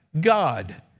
God